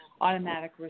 automatic